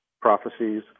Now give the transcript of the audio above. prophecies